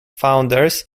founders